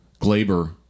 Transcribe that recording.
Glaber